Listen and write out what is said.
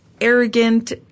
arrogant